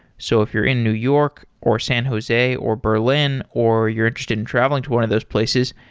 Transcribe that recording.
so if you're in new york, or san jose, or berlin, or you're interested in travelling to one of those places,